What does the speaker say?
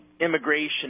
immigration